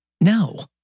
No